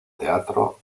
teatro